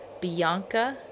Bianca